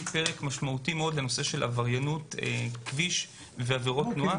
פרק משמעותי מאוד לנושא של עבריינות כביש ועבירות תנועה.